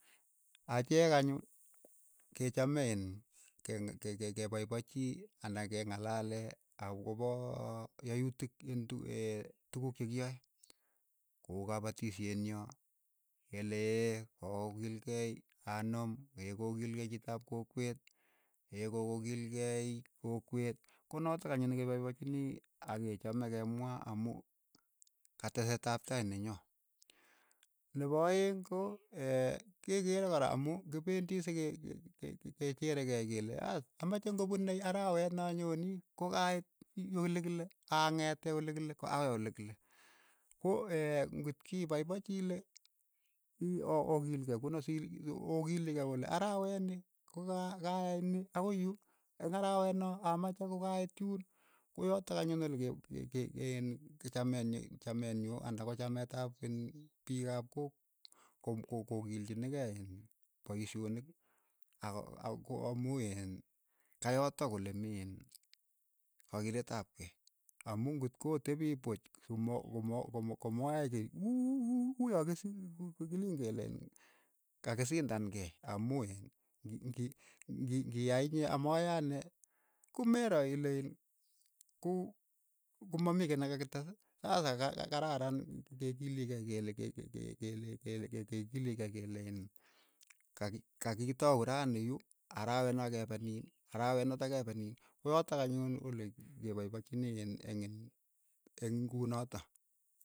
Acheek anyun, ke chame iin keng'-ke- ke- ke paipachii ana ke ngalalee akopaa yayutik ing' tu tukuuk che kiyae, ko uu kapatisheenyo, kele ko kokiilkei anom kokilkei chiit ap kokwet, ko ko kilkei kokwet, ko notok anyun ne ke paipachinii ak kechame ke mwaa amu kateseetap tai nenyo, nepo aeng' ko ke keere kora amu kipendi se ke- ke- ke cherekei kele aas amache ng'o pune arawet na nyoni ko kaiit yu ye kile ang'ete ole kile akoi ole kile, ko ng'ot ki paipachi ile ii o- o- okiilkei kuno si- si o- o- okilikei kole arawet ni ko kakayai nii akoi yu eng' arawet noo amache kokait yuun, koyatak anyun ole ke- ke- ke iin chamen chamen nyu anda ko chameet ap keny piik ap kook ko kilchinikei iin paishonik ako- ak amu iin kayotok ole mii iin kakileet ap kei, amu ngot kotepii puuch ko--mo ko- mo- ko moyai kei u- u- uyoo kesi chu kilen kele kakisindan kei amu iin ngi- ngi- ngiyai inye amayoe anee ko me roo ile iin ko uu ko ma mii kei ne kakitees, sasa ka- kararan ke- ke kekilikei kele ke- ke- ke kekilikei kele iin kaki kakitau rani yu araweno kepe niin, arawet neto kepo niin ko yotok anyun ole ke paipachini iin eng in' eng' kunotok.